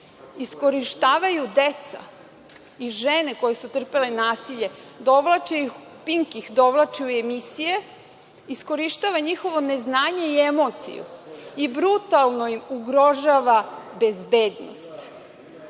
iskorištavaju deca i žene koje su pretrpele nasilje. „Pink“ ih dovlači u emisije, iskorištava njihovo neznanje i emociju i brutalno im ugrožava bezbednost. Mi